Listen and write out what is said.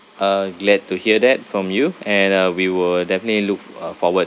uh glad to hear that from you and uh we will definitely look f~ uh forward